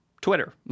Twitter